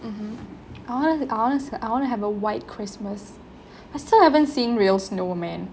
mmhmm I honest I want to have a white christmas I still haven't seen real snow man